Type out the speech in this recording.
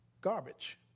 garbage